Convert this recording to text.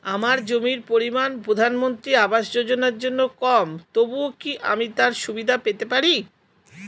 আমার জমির পরিমাণ প্রধানমন্ত্রী আবাস যোজনার জন্য কম তবুও কি আমি তার সুবিধা পেতে পারি?